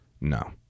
No